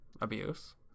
abuse